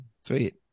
Sweet